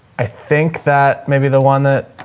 i think that maybe the one that,